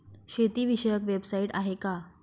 शेतीविषयक वेबसाइट आहे का?